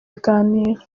biganiro